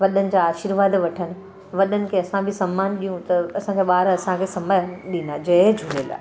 वॾनि जा आशीर्वाद वठनि वॾनि खे असां बि सम्मान ॾियूं त त असांजा ॿार असांखे सम्मान डींदा जय झूलेलाल